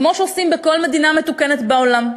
כמו שעושים בכל מדינה מתוקנת בעולם.